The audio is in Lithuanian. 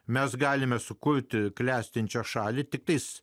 mes galime sukurti klestinčią šalį tiktais